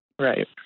Right